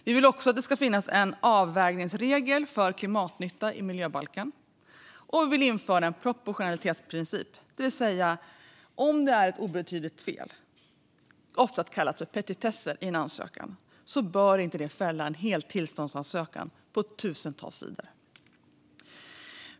Vi vill att det ska finnas en avvägningsregel för klimatnytta i miljöbalken. Vi vill också införa en proportionalitetsprincip - ett obetydligt fel i en ansökan, ofta kallat en petitess, bör inte fälla en hel tillståndsansökan på tusentals sidor.